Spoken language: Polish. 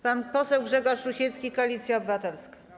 Pan poseł Grzegorz Rusiecki, Koalicja Obywatelska.